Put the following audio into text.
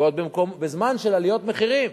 ועוד בזמן של עליות מחירים.